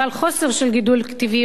ועל חוסר של גידול טבעי,